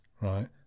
right